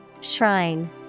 Shrine